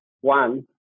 one